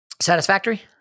satisfactory